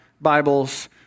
Bibles